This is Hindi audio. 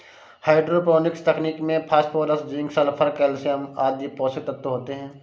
हाइड्रोपोनिक्स तकनीक में फास्फोरस, जिंक, सल्फर, कैल्शयम आदि पोषक तत्व होते है